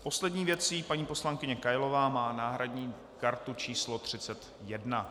Poslední věc, paní poslankyně Kailová má náhradní kartu číslo 31.